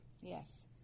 Yes